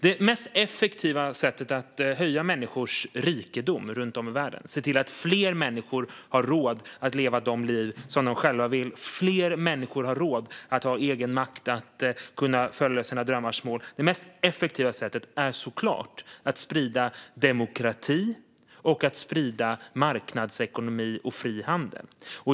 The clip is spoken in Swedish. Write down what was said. Det mest effektiva sättet att öka människors rikedom runt om i världen, se till att fler människor har råd att leva de liv de själva vill, att fler människor har råd att ha egenmakt, att följa sina drömmars mål, är såklart att sprida demokrati, marknadsekonomi och fri handel.